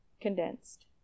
Condensed